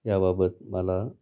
याबाबत मला